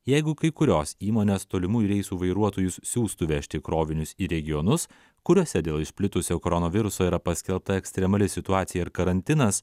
jeigu kai kurios įmonės tolimųjų reisų vairuotojus siųstų vežti krovinius į regionus kuriuose dėl išplitusio koronaviruso yra paskelbta ekstremali situacija ir karantinas